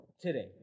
today